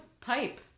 pipe